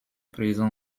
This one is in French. présent